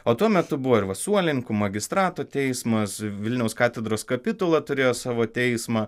o tuo metu buvo ir va suolininkų magistrato teismas vilniaus katedros kapitula turėjo savo teismą